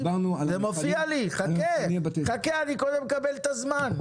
הכול, זה מופיע לי, חכה אני קודם מקבל את הזמן.